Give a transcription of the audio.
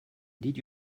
did